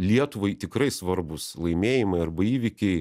lietuvai tikrai svarbūs laimėjimai arba įvykiai